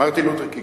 מרטין לותר קינג.